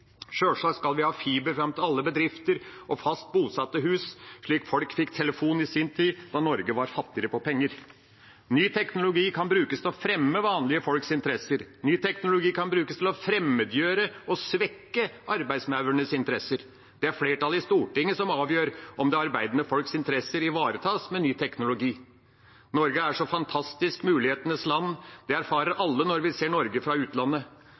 Sjølsagt skal vi ha fiber fram til alle bedrifter og fast bosatte hus, slik folk fikk telefon i sin tid da Norge var fattigere på penger. Ny teknologi kan brukes til å fremme vanlige folks interesser. Ny teknologi kan brukes til å fremmedgjøre og svekke arbeidsmaurenes interesser. Det er flertallet i Stortinget som avgjør om det arbeidende folks interesser ivaretas med ny teknologi. Norge er så fantastisk – mulighetenes land. Det erfarer alle når vi ser Norge fra utlandet.